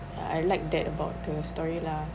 I like that about the story lah